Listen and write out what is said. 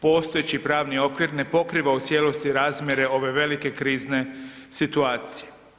Postojeći pravni okvir ne pokriva u cijelosti razmjere ove velike krizne situacije.